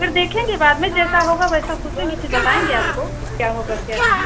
फिर देखेंगे बाद में जैसा होगा वैसा सोचेंगे फिर बताएंगे आपको क्या होगा क्या नहीं